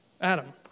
Adam